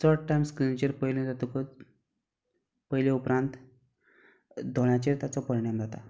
चड टायम स्क्रिनीचेर पयले जातकूच पयले उपरांत दोळ्याचेर ताचो परिणाम जाता